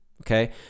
okay